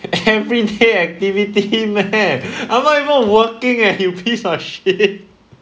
everyday activity meh I'm not even working leh you piece of shit